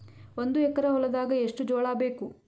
ಒಂದು ಎಕರ ಹೊಲದಾಗ ಎಷ್ಟು ಜೋಳಾಬೇಕು?